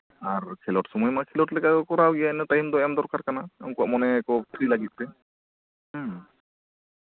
ᱟᱨ ᱠᱷᱮᱸᱞᱳᱰ ᱥᱚᱢᱚᱭ ᱢᱟ ᱠᱷᱮᱸᱞᱳᱰ ᱞᱮᱠᱟ ᱠᱚ ᱠᱚᱨᱟᱣ ᱜᱮᱭᱟ ᱤᱱᱟᱹ ᱴᱟᱭᱤᱢ ᱫᱚ ᱮᱢ ᱫᱚᱨᱠᱟᱨ ᱠᱟᱱᱟ ᱩᱱᱠᱩᱣᱟᱜ ᱢᱚᱱᱮ ᱯᱷᱨᱤ ᱞᱟᱹᱜᱤᱫ ᱛᱮ ᱦᱩᱸ